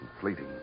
fleeting